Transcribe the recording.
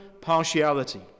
partiality